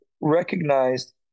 recognized